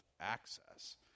access